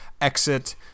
exit